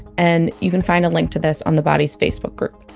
and you can find a link to this on the bodies facebook group